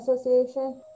Association